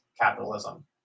capitalism